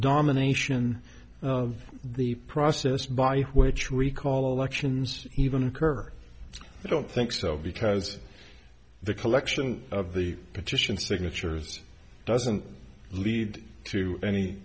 domination of the process by which recall elections even occur i don't think so because the collection of the petition signatures doesn't lead to any